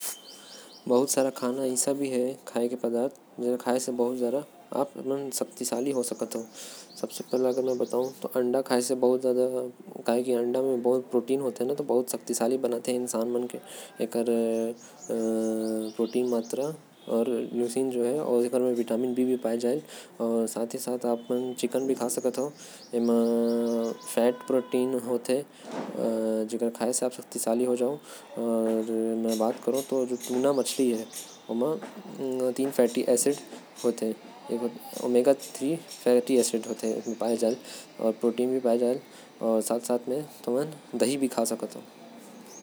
बहुते सारा खाये के पदार्थ ऐसा होथे जो इंसान मन ला शक्तिशाली बनाथे। शक्तिशाली बनेबर ते अंडा चिकन। टूना मछली अउ दही खा सकत हस। ए सब खाये म बहुते शक्ति मिलथे।